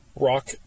Rock